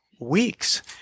weeks